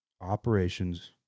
operations